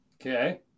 Okay